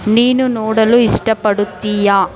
ನೀನು ನೋಡಲು ಇಷ್ಟಪಡುತ್ತೀಯಾ